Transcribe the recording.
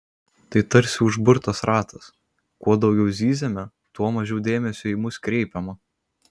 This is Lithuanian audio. tai tarsi užburtas ratas kuo daugiau zyziame tuo mažiau dėmesio į mus kreipiama